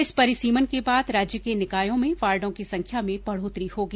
इस परिसीमन के बाद राज्य के निकायों में वार्डो की संख्या में बढोतरी होगी